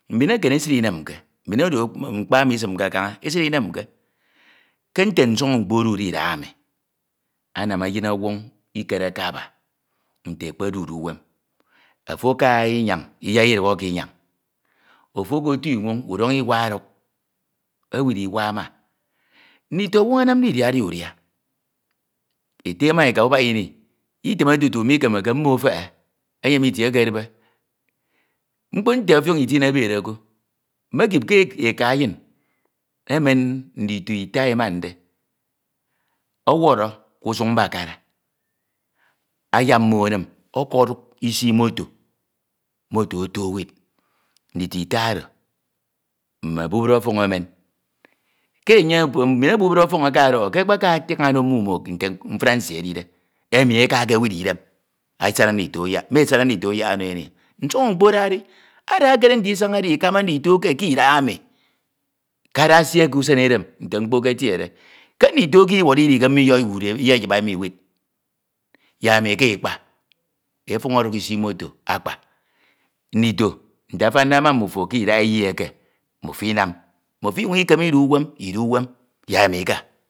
mmne esid inemke udin oro mkpa inisinke kaña esid inemka ke nte nsọñọ mkpo odude idahami anam eyinọwọñ ikereke aba nte ekpedude uwem ofo aka iuyañ ofo okoro inwọn idoño iwa odwa owiddi iwa aba nditowon anamd didk udia udia Ete na eka ubak ini itime tutu mikemeke mmo efete eyem itre ekedube eka eyin emen ndito it emande ọwọro̱ kishñ mbakara ayene mme owu uwem odiñe owu nditowon nkemeke nba inam se akyade mme nsii nsii mkpo oro mikpeaha ete oduk otu ke nsoño mkpo ini esed oro owu ikekipke mme mka mme nke ndisime nka eke eskamade ikañ ma efud owu ikekipke bed idahami idahami mmo oyoyoho anam nte afande ma mmo mkpodokho nte ke esid inemke o eyin eka mi esid inemke ndito idahami ndida nkedime ma nnyin emi ikedude ke edem usie isi usie edem nte idahami ndude ini muand ufend nmeknd ufen ndito ofo ndikenyene ọkuk nno mmo udia usen inemke atin iko atin uko uka nwed udike anwa ufọk nwed ndahami ndukud ewedde ọkuk ufọk nwed akan ọkuk ofioñ ndiade nda sadari okuk ofion ifañ mkpe ofuk ufok nwed oro edi se ofo anwande afiak okpoñ ono animbud idahami akpri ten kobo umyenede afiak ọkpọñ oro mmo mmo afaik ada achian ke e mmo enyenede mkpo ọsọñ uwem inemke